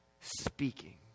speaking